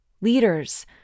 leaders